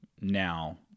now